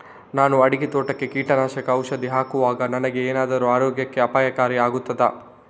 ನಾನು ಅಡಿಕೆ ತೋಟಕ್ಕೆ ಕೀಟನಾಶಕ ಔಷಧಿ ಹಾಕುವಾಗ ನನಗೆ ಏನಾದರೂ ಆರೋಗ್ಯಕ್ಕೆ ಅಪಾಯಕಾರಿ ಆಗುತ್ತದಾ?